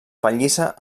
pallissa